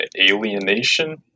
alienation